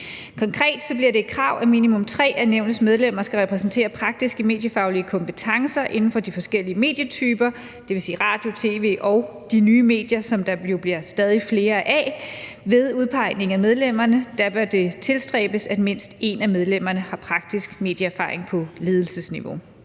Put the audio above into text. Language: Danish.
Konkret bliver det et krav, at minimum tre af nævnets medlemmer skal repræsentere praktiske mediefaglige kompetencer inden for de forskellige medietyper, dvs. radio, tv og de nye medier, som der jo bliver stadig flere af. Ved udpegningen af medlemmerne bør det tilstræbes, at mindst et af medlemmerne har praktisk medieerfaring på ledelsesniveau.